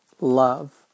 love